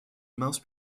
mince